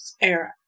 era